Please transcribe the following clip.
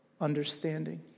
understanding